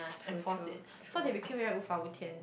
enforce it so they became very 无法无天